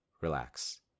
relax